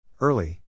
Early